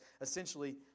essentially